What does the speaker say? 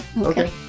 Okay